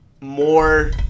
more